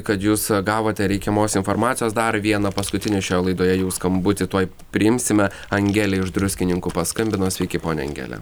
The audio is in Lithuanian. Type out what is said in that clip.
kad jūs gavote reikiamos informacijos dar vieną paskutinį šioj laidoje jau skambutį tuoj priimsime angelė iš druskininkų paskambino sveiki ponia angele